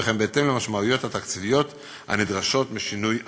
וכן בהתאם למשמעויות התקציביות הנדרשות משינוי התוכנית.